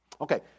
Okay